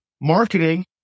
marketing